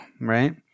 Right